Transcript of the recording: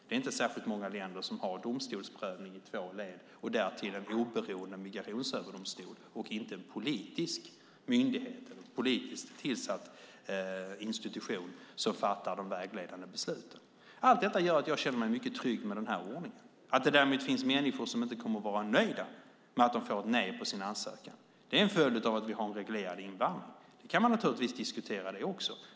Det är inte särskilt många länder som har domstolsprövning i två led och därtill en oberoende migrationsöverdomstol och inte en politisk myndighet eller politiskt tillsatt institution som fattar de vägledande besluten. Allt detta gör att jag känner mig mycket trygg med ordningen. Att det därmed finns människor som inte kommer att vara nöjda med att de får ett nej på sin ansökan är en följd av att vi har en reglerad invandring. Vi kan naturligtvis diskutera den frågan också.